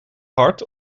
hard